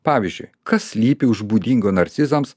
pavyzdžiui kas slypi už būdingo narcizams